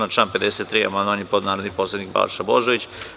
Na član 53. amandman je podneo narodni poslanik Balša Božović.